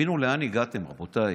תבינו לאן הגעתם, רבותיי: